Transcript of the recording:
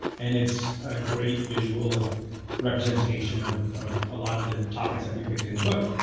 and it's a great visual representation of of a lot of the topics that we pick in the book.